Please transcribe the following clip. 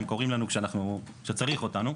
הם קוראים לנו כשצריך אותנו.